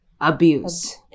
Abuse